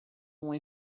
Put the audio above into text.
uma